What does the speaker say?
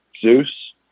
Zeus